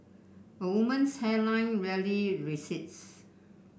a woman's hairline rarely recedes